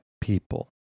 people